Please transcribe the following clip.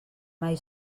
mai